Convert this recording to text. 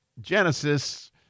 Genesis